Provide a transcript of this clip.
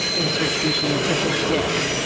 insert species, such a dick?